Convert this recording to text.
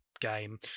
game